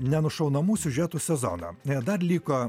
nenušaunamų siužetų sezoną dar liko